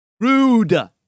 Rude